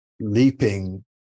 leaping